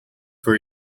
for